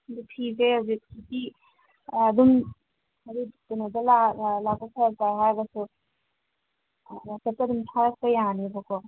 ꯑꯗꯨ ꯐꯤꯁꯦ ꯍꯧꯖꯤꯛꯇꯤ ꯑꯗꯨꯝ ꯀꯩꯅꯣꯗ ꯂꯥꯛꯄ ꯐꯔꯛ ꯇꯥꯏ ꯍꯥꯏꯔꯒꯁꯨ ꯋꯥꯆꯞꯇ ꯑꯗꯨꯝ ꯊꯥꯔꯛꯄ ꯌꯥꯅꯤꯕꯀꯣ